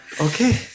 Okay